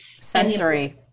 sensory